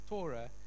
Torah